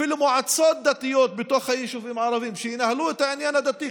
אפילו מועצות דתיות בתוך היישובים הערביים שינהלו את העניין הדתי,